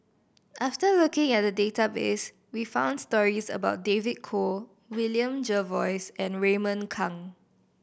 after looking at the database we found stories about David Kwo William Jervois and Raymond Kang